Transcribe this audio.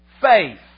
faith